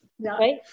Right